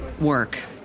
work